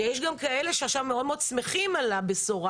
שיש גם כאלה שעכשיו מאוד שמחים על הבשורה